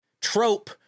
trope